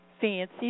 fancy